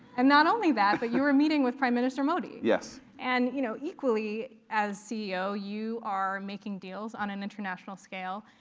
and not only that, but you were meeting with prime minister modi. yes. and you know equally as ceo, you are making deals on an international scale.